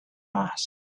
asked